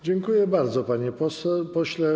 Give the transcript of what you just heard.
Dziękuję bardzo, panie pośle.